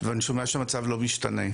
ואני שומע שהמצב לא משתנה.